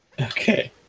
Okay